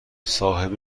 صاحبم